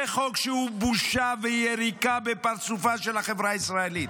זה חוק שהוא בושה ויריקה בפרצופה של החברה הישראלית.